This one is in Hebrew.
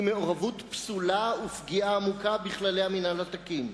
היא מעורבות פסולה ופגיעה עמוקה בכללי המינהל התקין.